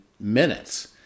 minutes